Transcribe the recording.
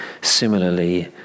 similarly